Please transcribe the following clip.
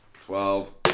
Twelve